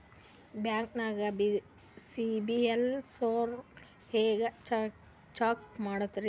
ಬ್ಯಾಂಕ್ದಾಗ ಸಿಬಿಲ್ ಸ್ಕೋರ್ ಹೆಂಗ್ ಚೆಕ್ ಮಾಡದ್ರಿ?